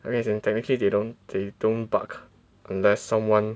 I mean as in technically they don't they don't bark unless someone